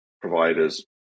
providers